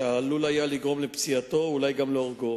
שעלול היה לגרום לפציעתו, אולי גם להורגו,